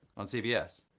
on cbs,